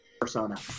persona